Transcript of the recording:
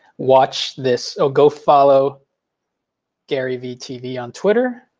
watch this. oh, go follow garyvee tv on twitter.